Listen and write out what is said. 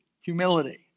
humility